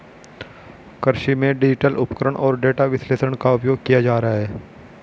कृषि में डिजिटल उपकरण और डेटा विश्लेषण का उपयोग किया जा रहा है